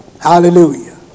hallelujah